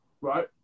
Right